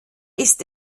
ist